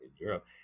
europe